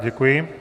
Děkuji.